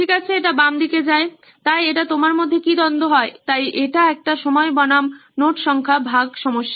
ঠিক আছে এটি বাম দিকে যায় তাই এটি তোমার মধ্যে কি দ্বন্দ্ব হয় তাই এটি একটি সময় বনাম নোট সংখ্যা ভাগ সমস্যা